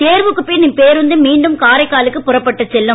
தேர்வுக்குப் பின் இப்பேருந்து மீண்டும் காரைக்காலுக்கு புறப்பட்டு செல்லும்